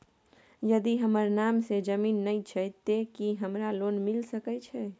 यदि हमर नाम से ज़मीन नय छै ते की हमरा लोन मिल सके छै?